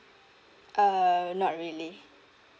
uh not really